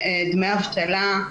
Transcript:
דמי אבטלה.